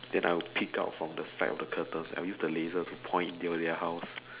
then I would peek out from the side of the curtain I use the laser to point into their house